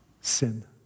Sin